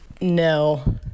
No